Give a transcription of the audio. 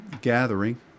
gathering